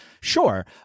Sure